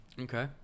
okay